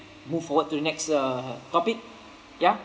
move forward to the next uh topic ya